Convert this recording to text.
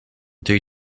due